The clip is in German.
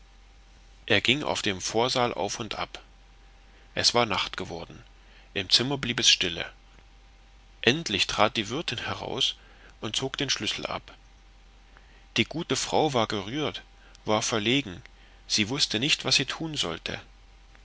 er ging auf dem vorsaal auf und ab es war nacht geworden im zimmer blieb es stille endlich trat die wirtin heraus und zog den schlüssel ab die gute frau war gerührt war verlegen sie wußte nicht was sie tun sollte